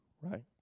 right